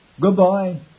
Goodbye